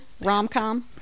rom-com